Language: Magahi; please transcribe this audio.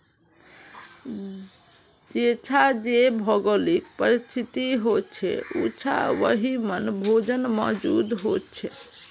जेछां जे भौगोलिक परिस्तिथि होछे उछां वहिमन भोजन मौजूद होचे